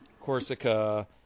Corsica